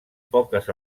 poques